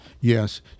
yes